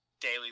daily